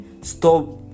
Stop